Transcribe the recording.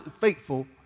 faithful